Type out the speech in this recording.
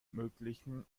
möglichen